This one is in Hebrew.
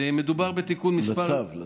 מדובר בתיקון מס' לצו.